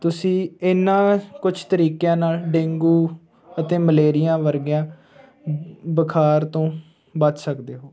ਤੁਸੀਂ ਇਹਨਾਂ ਕੁਝ ਤਰੀਕਿਆਂ ਨਾਲ ਡੇਂਗੂ ਅਤੇ ਮਲੇਰੀਆ ਵਰਗੀਆਂ ਬੁਖਾਰ ਤੋਂ ਬਚ ਸਕਦੇ ਹੋ